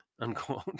unquote